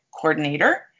coordinator